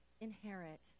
inherit